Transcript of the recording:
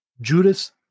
Judas